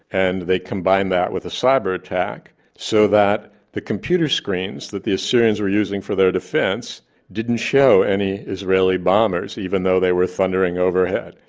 and they combined that with a cyber attack so that the computer screens that the syrians were using for their defence didn't show any israeli bombers, even though they were thundering overhead.